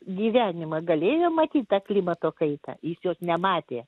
gyvenimą galėjo matyt tą klimato kaitą jis jos nematė